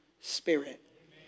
spirit